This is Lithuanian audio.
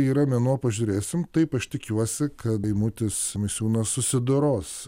yra mėnuo pažiūrėsim taip aš tikiuosi kad eimutis misiūnas susidoros